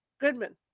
Goodman